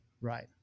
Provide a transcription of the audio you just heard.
right